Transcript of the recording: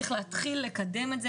צריך להתחיל לקדם את זה,